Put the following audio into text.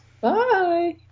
bye